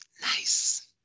Nice